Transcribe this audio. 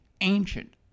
ancient